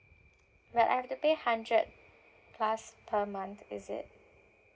but I have to pay hundred plus per month is it